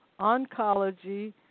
oncology